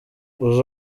uzi